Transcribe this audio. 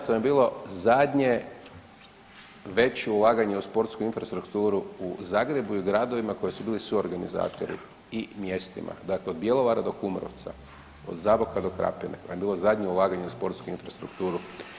To vam je bilo zadnje veće ulaganje u sportsku infrastrukturu u Zagrebu i u gradovima koji su bili suorganizatori i mjestima, dakle Bjelovar do Kumrovca, od Zaboka do Krapine vam je bilo zadnje ulaganje u sportsku infrastrukturu.